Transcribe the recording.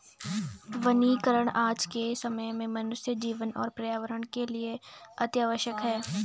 वनीकरण आज के समय में मनुष्य जीवन और पर्यावरण के लिए अतिआवश्यक है